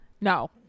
no